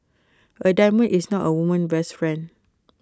A diamond is not A woman's best friend